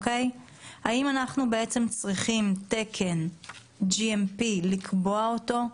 האם אנחנו צריכים תקן GMP לקבוע אותו,